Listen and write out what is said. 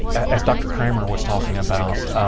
as dr. kramer was talking about,